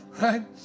right